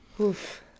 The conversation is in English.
Oof